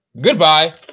Goodbye